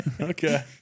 Okay